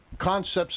concepts